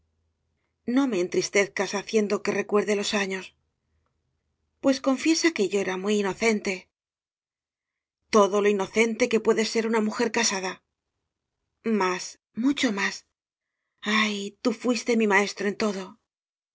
no me entristezcas haciendo que recuer de los años pues confiesa que yo era muy inocente todo lo inocente que puede ser una mujer casada más mucho más ay tú fuiste mi maes tro en todo